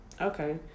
Okay